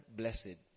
blessed